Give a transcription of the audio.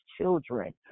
children